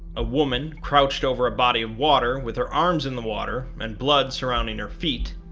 a woman crouched over a body of water with her arms in the water and blood surrounding her feet,